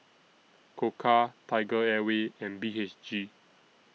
Koka TigerAir Way and B H G